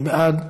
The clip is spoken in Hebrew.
מי בעד?